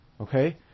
okay